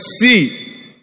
see